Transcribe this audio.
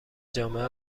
جامعه